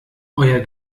euer